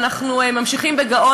ואנחנו ממשיכים בכך בגאון,